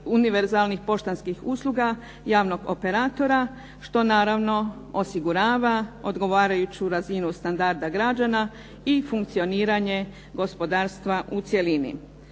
univerzalnih poštanskih usluga javnog operatora, što naravno osigurava odgovarajuću razinu standarda građana i funkcioniranje gospodarstva u cjelini.